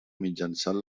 mitjançant